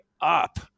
up